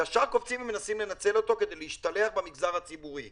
ישר קופצים ומנסים לנצל אותו כדי להשתלח במגזר הציבורי.